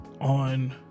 on